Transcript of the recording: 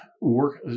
work